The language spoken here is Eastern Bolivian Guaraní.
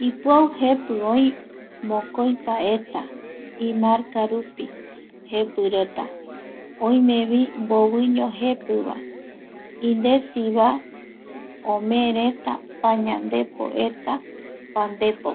Ipiau jepi oi mokoipa eta, imarca rupi, jepi oi reta oime vi mboviño jepi va, indesiva omee reta pañandepo eta pandepo pe